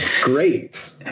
great